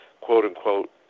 quote-unquote